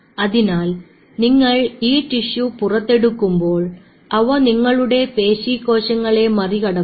അതിനാൽ നിങ്ങൾ ഈ ടിഷ്യു പുറത്തെടുക്കുമ്പോൾ അവ നിങ്ങളുടെ പേശി കോശങ്ങളെ മറികടക്കും